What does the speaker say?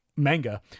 manga